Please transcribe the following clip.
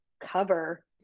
cover